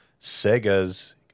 Sega's